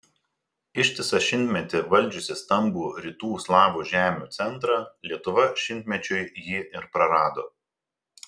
ištisą šimtmetį valdžiusi stambų rytų slavų žemių centrą lietuva šimtmečiui jį ir prarado